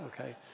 okay